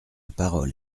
parole